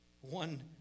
one